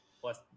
Plus